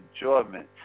enjoyment